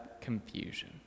confusion